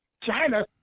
China